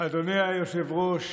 אדוני היושב-ראש,